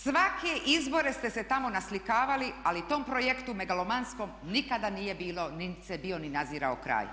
Svake izbore ste se tamo naslikavali ali tom projektu megalomanskom nikada nije bilo, niti se bio ni nadzirao kraj.